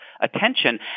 attention